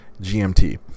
GMT